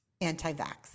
anti-vax